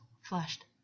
flushed